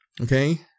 Okay